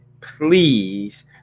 Please